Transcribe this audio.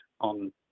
on